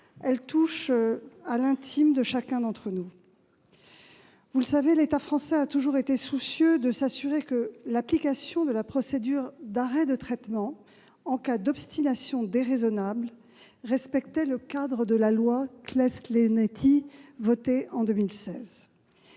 qui touche à l'intime de chacun d'entre nous. Vous le savez, l'État français a toujours été soucieux de s'assurer que l'application de la procédure d'arrêt de traitement en cas d'obstination déraisonnable respectait le cadre de la loi Claeys-Leonetti, votée en 2016.